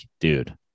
dude